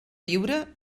viure